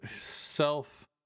self